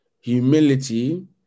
Humility